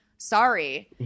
Sorry